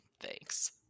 thanks